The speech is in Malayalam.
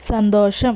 സന്തോഷം